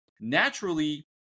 naturally